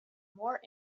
more